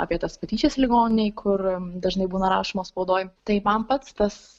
apie tas patyčias ligoninėj kur dažnai būna rašoma spaudoj tai man pats tas